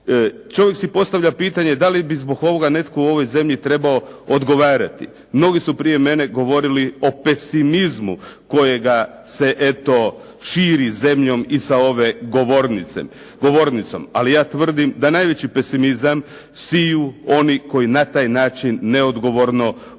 Čovjek si postavlja pitanje da li bi zbog ovoga netko u ovoj zemlji trebao odgovarati. Mnogi su prije mene govorili o pesimizmu kojega se eto širi zemljom i za ovom govornicom. Ali ja tvrdim da najveći pesimizam siju oni koji na taj način neodgovorno postupaju